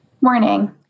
Morning